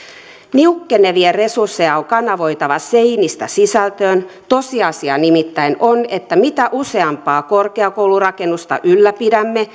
niukkenevia resursseja on kanavoitava seinistä sisältöön tosiasia nimittäin on että mitä useampaa korkeakoulurakennusta ylläpidämme